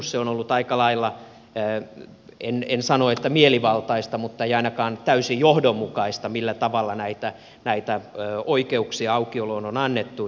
se on ollut aika lailla en sano että mielivaltaista mutta ei ainakaan täysin johdonmukaista millä tavalla näitä oikeuksia aukioloon on annettu